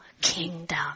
kingdom